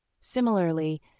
Similarly